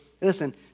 listen